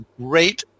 great